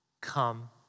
come